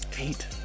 Eight